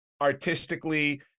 artistically